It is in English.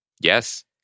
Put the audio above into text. Yes